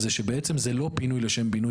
היא שבעצם זה לא פינוי לשם בינוי,